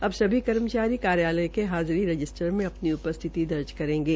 अब सभी कर्मचारी कार्यालय के हाजिरी रजिस्टर में अपनी उपस्थिति दर्ज करेंगे